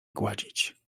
gładzić